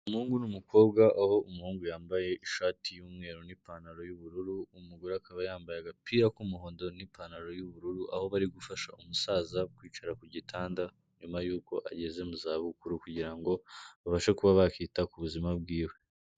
Umuhungu n'umukobwa, aho umuhungu yambaye ishati y'umweru n'ipantaro y'ubururu, umugore akaba yambaye agapira k'umuhondo n'ipantaro y'ubururu, aho bari gufasha umusaza kwicara ku gitanda, nyuma yuko ageze mu za bukuru kugira ngo babashe kuba bakwita ku buzima bwiwe.